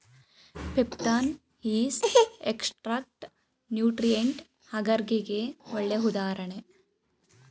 peptone, yeast extract nutrient ಅಗರ್ಗೆ ಗೆ ಒಳ್ಳೆ ಉದಾಹರಣೆ